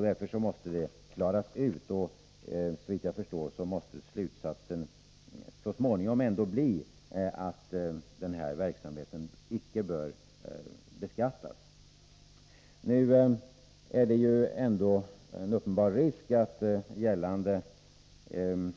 Detta måste klaras ut, och såvitt jag förstår måste slutsatsen så småningom bli att den här verksamheten icke bör beskattas. Nu är det ändå en uppenbar risk att gällande